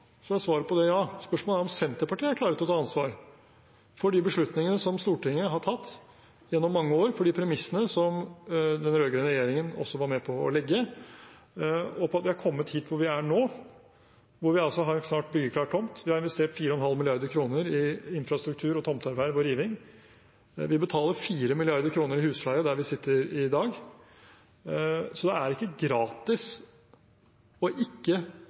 for de beslutningene som Stortinget har tatt gjennom mange år, for de premissene som den rød-grønne regjeringen også var med på å legge, og for at vi er kommet hit hvor vi er nå, hvor vi altså har en snart byggeklar tomt, vi har investert 4,5 mrd. kr i infrastruktur, tomtearbeid og riving. Vi betaler 4 mrd. kr i husleie der vi sitter i dag, så det er heller ikke gratis å ikke